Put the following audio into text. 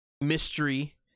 mystery